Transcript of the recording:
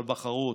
אבל בחרו אתכם.